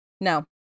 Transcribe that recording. No